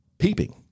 Peeping